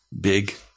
big